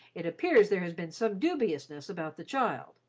it appears there has been some dubiousness about the child.